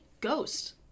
Ghost